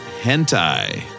hentai